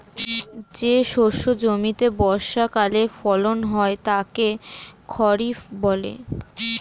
যে শস্য জমিতে বর্ষাকালে ফলন হয় তাকে খরিফ বলে